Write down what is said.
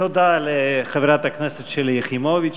תודה לחברת הכנסת שלי יחימוביץ,